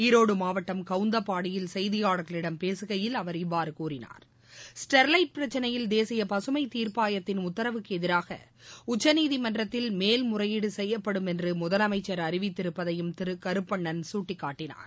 ஈரோடு மாவட்டம் கவுந்தபாடியில் செய்தியாளர்களிடம் பேசுகையில் அவர் இவ்வாறு கூறினார் ஸ்டெர்லைட் பிரச்சினையில் தேசிய பகமை தீர்ப்பாயத்தின் உத்தரவுக்கு எதிராக உச்சநீதிமன்றத்தில் மேல்முறையீடு செய்யப்படும் என்று முதலமைச்சர் அறிவித்திருப்பதையும் திரு கருப்பண்ணன் சுட்டிக்காட்டினார்